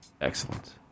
excellent